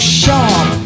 sharp